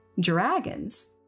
dragons